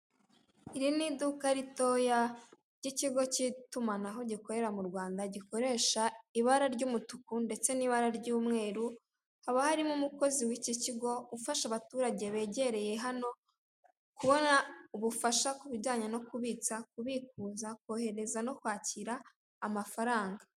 Iri ni iduka ritoya, ry'ikigo cy'itumanaho gikorera mu Rwanda, gikoresha ibara ry'umutuku ndetse n' ibara ry'umweru, haba harimo umukozi w'icyo kigo ufasha abaturage begereye hano kubona ubufasha ku bijyanye no kubitsa, kubikuza, kohereza, no kwakira amafaranga.